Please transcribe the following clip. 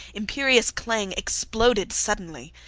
imperious clang exploded suddenly.